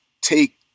take